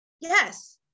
Yes